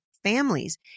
families